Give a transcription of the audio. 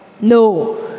no